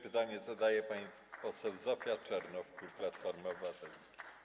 Pytanie zadaje pani poseł Zofia Czernow, klub Platforma Obywatelska.